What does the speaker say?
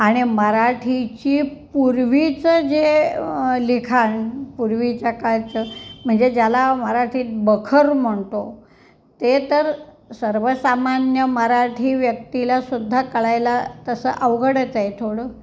आणि मराठीची पूर्वीचं जे लिखाण पूर्वीच्या काळचं म्हणजे ज्याला मराठीत बखर म्हणतो ते तर सर्वसामान्य मराठी व्यक्तीलासुद्धा कळायला तसं अवघडच आहे थोडं